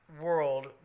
world